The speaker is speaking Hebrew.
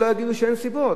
שלא יגידו שאין סיבות.